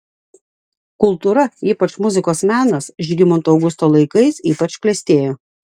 kultūra ypač muzikos menas žygimanto augusto laikais ypač klestėjo